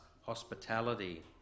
hospitality